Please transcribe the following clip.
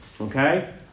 Okay